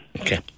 Okay